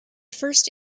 first